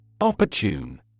Opportune